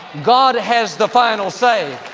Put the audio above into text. god has the final say.